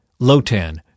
Lotan